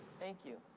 thank you.